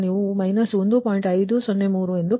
503 ಎಂದು ಪಡೆಯುತ್ತೀರಿ